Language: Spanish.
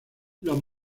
los